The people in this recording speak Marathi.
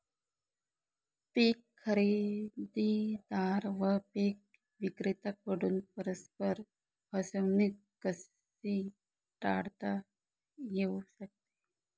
पीक खरेदीदार व पीक विक्रेत्यांकडून परस्पर फसवणूक कशी टाळता येऊ शकते?